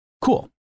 Cool